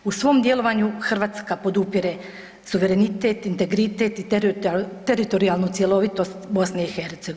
U svom djelovanju Hrvatska podupire suverenitet, integritet i teritorijalnu cjelovitost BiH.